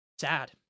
Sad